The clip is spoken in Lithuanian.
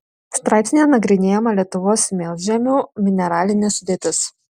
straipsnyje nagrinėjama lietuvos smėlžemių mineralinė sudėtis